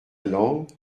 langue